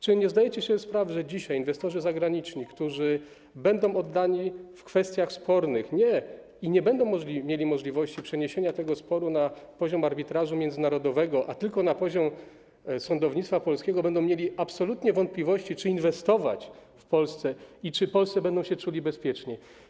Czy nie zdajecie sobie sprawy, że dzisiaj inwestorzy zagraniczni, którzy będą oddani w kwestiach spornych i nie będą mieli możliwości przeniesienia tego sporu na poziom arbitrażu międzynarodowego, a tylko na poziom sądownictwa polskiego, będą mieli wątpliwości co do tego, czy inwestować w Polsce i czy w Polsce będą się czuli bezpiecznie?